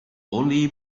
only